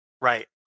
right